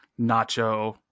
Nacho